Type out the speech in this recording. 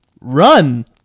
Run